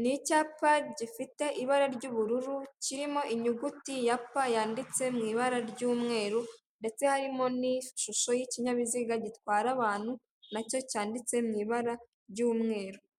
n'icyapa gifite ibara ry'ubururu kirimo inyuguti ya pa yanditse mu ibara ry'umweru ndetse harimo n'ishusho y'ikinyabiziga gitwara abantu nacyo cyanditse mu ibara ry'umweru.